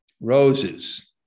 roses